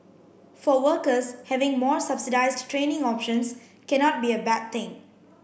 for workers having more subsidised training options cannot be a bad thing